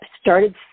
started